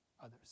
others